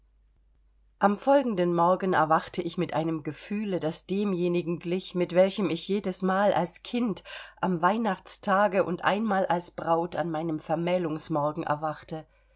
am folgenden morgen erwachte ich mit einem gefühle das demjenigen glich mit welchem ich jedesmal als kind am weihnachtstage und einmal als braut an meinem vermählungsmorgen erwachte